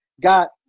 got